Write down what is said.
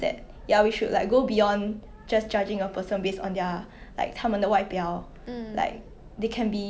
!wah! I know we talk about all these right I also don't remember what my third wish is anymore um